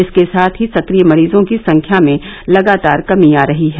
इसके साथ ही सक्रिय मरीजों की संख्या में लगातार कमी आ रही है